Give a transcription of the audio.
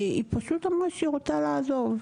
היא פשוט אמרה שהיא רוצה לעזוב.